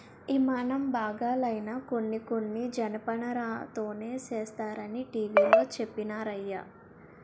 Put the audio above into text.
యిమానం బాగాలైనా కొన్ని కొన్ని జనపనారతోనే సేస్తరనీ టీ.వి లో చెప్పినారయ్య